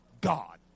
God